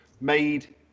made